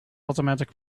automatic